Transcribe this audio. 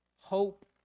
hope